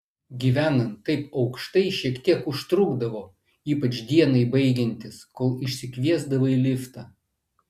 gyvenant taip aukštai šiek tiek užtrukdavo ypač dienai baigiantis kol išsikviesdavai liftą